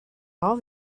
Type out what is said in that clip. all